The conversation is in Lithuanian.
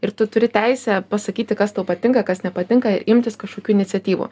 ir tu turi teisę pasakyti kas tau patinka kas nepatinka imtis kažkokių iniciatyvų